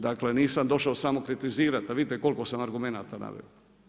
Dakle nisam došao samo kritizirati, pa vidite koliko sam argumenata naveo.